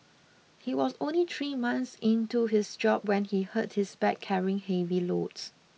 he was only three months into his job when he hurt his back carrying heavy loads